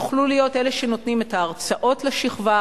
יוכלו להיות אלה שנותנים את ההרצאות לשכבה,